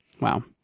wow